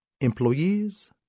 employees